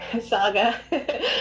saga